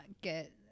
get